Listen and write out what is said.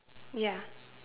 ya